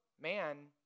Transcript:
man